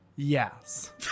Yes